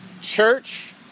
church